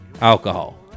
alcohol